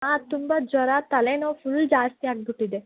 ಹಾಂ ತುಂಬ ಜ್ವರ ತಲೆ ನೋವು ಫುಲ್ ಜಾಸ್ತಿ ಆಗಿಬಿಟ್ಟಿದೆ